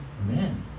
Amen